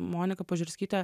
monika požerskytė